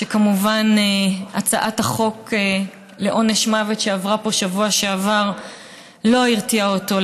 שכמובן הצעת החוק לעונש מוות שעברה פה בשבוע שעבר לא הרתיעה אותו,